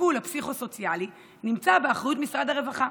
הטיפול הפסיכו-סוציאלי נמצא באחריות משרד הרווחה,